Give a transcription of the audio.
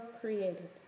created